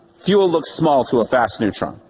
fuel looks small to a fast neutron.